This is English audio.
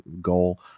goal